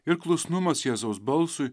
ir klusnumas jėzaus balsui